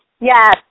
yes